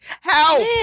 help